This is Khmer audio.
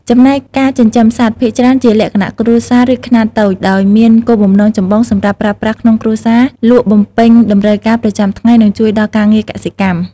ចំណែកការចិញ្ចឹមសត្វ ភាគច្រើនជាលក្ខណៈ គ្រួសារ ឬ ខ្នាតតូច ដោយមានគោលបំណងចម្បងសម្រាប់ប្រើប្រាស់ក្នុងគ្រួសារ លក់បំពេញតម្រូវការប្រចាំថ្ងៃ និងជួយដល់ការងារកសិកម្ម។